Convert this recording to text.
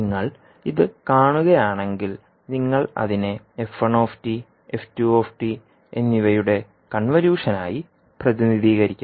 നിങ്ങൾ ഇത് കാണുകയാണെങ്കിൽ നിങ്ങൾ അതിനെ f1 f2 എന്നിവയുടെ കൺവല്യൂഷൻ ആയി പ്രതിനിധീകരിക്കാം